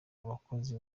abakozi